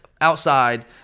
outside